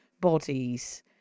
bodies